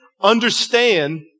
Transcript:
understand